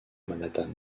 manhattan